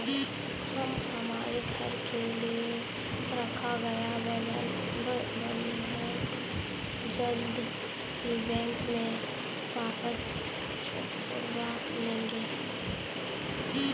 हम हमारे घर के लिए रखा गया बंधक जल्द ही बैंक से वापस छुड़वा लेंगे